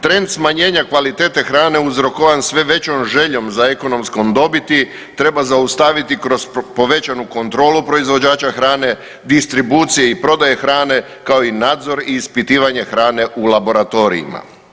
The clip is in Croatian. Trend smanjenja kvalitete hrane uzrokovan sve većom željom za ekonomskom dobiti treba zaustaviti kroz povećanju kontrolu proizvođača hrane, distribucije i prodaje hrane kao i nadzor i ispitivanje hrane u laboratorijima.